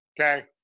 okay